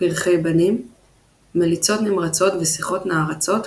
פרחי בנים – מליצות נמרצות ושיחות נערצות,